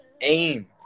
aim